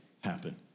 happen